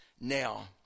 Now